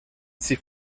sie